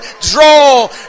draw